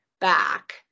back